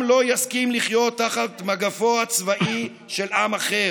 אף עם לא יסכים לחיות תחת מגפו הצבאי של עם אחר,